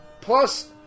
Plus